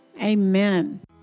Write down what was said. amen